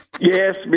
Yes